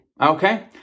okay